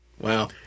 Wow